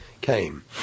came